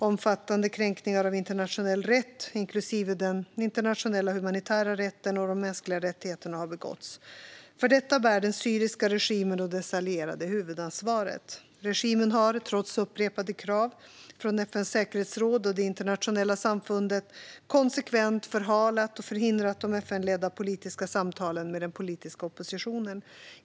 Omfattande kränkningar av internationell rätt, inklusive den internationella humanitära rätten och de mänskliga rättigheterna, har begåtts. För detta bär den syriska regimen och dess allierade huvudansvaret. Regimen har, trots upprepade krav från FN:s säkerhetsråd och det internationella samfundet, konsekvent förhalat och förhindrat de FN-ledda politiska samtalen med den politiska oppositionen.